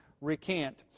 recant